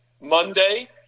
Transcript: Monday